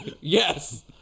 Yes